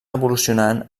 evolucionant